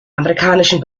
amerikanischen